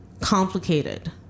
complicated